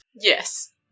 Yes